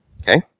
Okay